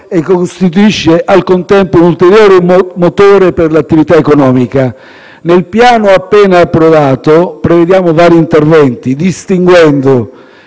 costituisce un ulteriore motore per l'attività economica. Nel piano appena approvato prevediamo vari interventi, distribuendo